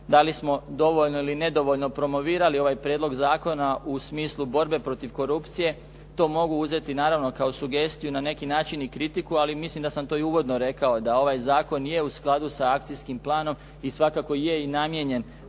da li smo dovoljno ili nedovoljno promovirali ovaj prijedlog zakona u smislu borbe protiv korupcije. To mogu uzeti naravno kao sugestiju na neki način i kritiku, ali mislim da sam to i uvodno rekao da ovaj zakon nije u skladu sa akcijskim planom i svakako je i namijenjen